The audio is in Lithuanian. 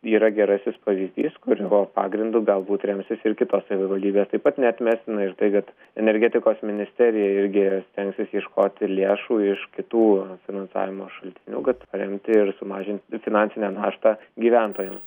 yra gerasis pavyzdys kurio pagrindu galbūt remsis ir kitos savivaldybės taip pat neatmestina ir tai kad energetikos ministerija irgi stengsis ieškoti lėšų iš kitų finansavimo šaltinių kad remti ir sumažin finansinę naštą gyventojam